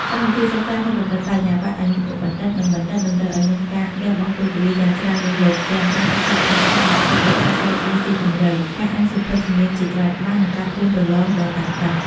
កម្មវិធីសិក្សានៅកម្រិតបរិញ្ញាបត្រ អនុបណ្ឌិត និងបណ្ឌិត តម្រូវឱ្យមានការលះបង់ពេលវេលាយ៉ាងច្រើនលើសលប់ ទាំងការសិក្សាក្នុងថ្នាក់ ការធ្វើកិច្ចការស្រាវជ្រាវស៊ីជម្រៅ ការអានសៀវភៅជំនាញជាច្រើនក្បាល និងការត្រៀមប្រលងដ៏តានតឹង។